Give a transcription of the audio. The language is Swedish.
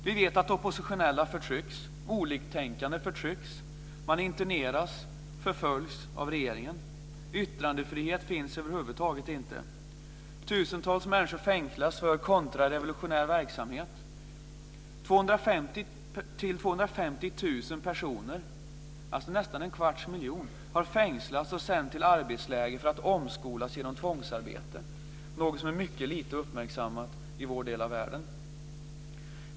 Vi vet att oppositionella förtrycks, oliktänkande förtrycks och människor interneras och förföljs av regeringen. Yttrandefrihet finns över huvud taget inte. Tusentals människor fängslas för kontrarevolutionär verksamhet. 200 000-250 000 personer, dvs. nästan en kvarts miljon, har fängslats och sänts till arbetsläger för att omskolas genom tvångsarbete. Det är något som är mycket lite uppmärksammat i vår del av världen.